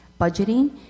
budgeting